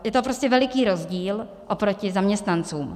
Je to prostě veliký rozdíl oproti zaměstnancům.